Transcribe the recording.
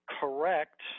correct